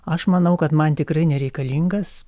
aš manau kad man tikrai nereikalingas